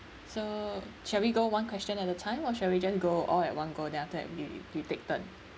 so shall we go one question at the time or shall we just go all at one go then after that we we take turn